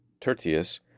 Tertius